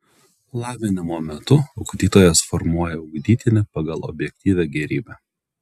lavinimo metu ugdytojas formuoja ugdytinį pagal objektyvią gėrybę